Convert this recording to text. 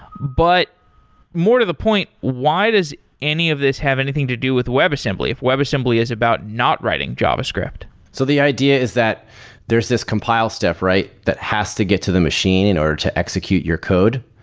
but more to the point, why does any of this have anything to do with webassembly if webassembly is about not writing javascript? so the idea is that there's this compile stuff that has to get to the machine in order to execute your code.